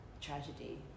tragedy